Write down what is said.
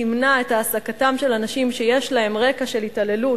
תמנע את העסקתם של אנשים שיש להם רקע של התעללות